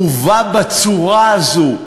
מובא בצורה הזו,